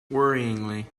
worryingly